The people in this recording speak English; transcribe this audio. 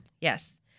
Yes